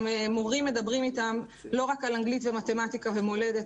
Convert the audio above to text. ושהמורים מדברים איתם לא רק על אנגלית ומתמטיקה ומולדת,